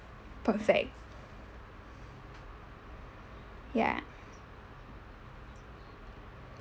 perfect ya